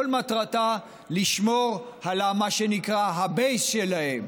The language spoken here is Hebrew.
כל מטרתה לשמור על מה שנקרא ה-base שלהם,